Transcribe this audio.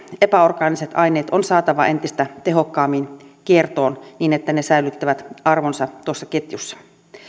epäorgaaniset aineet on saatava entistä tehokkaammin kiertoon niin että ne säilyttävät arvonsa tuossa ketjussa